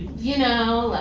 you know?